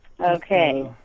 Okay